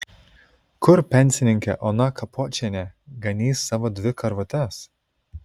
kur pensininkė ona kapočienė ganys savo dvi karvutes